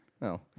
no